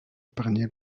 épargnée